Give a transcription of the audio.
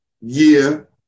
year –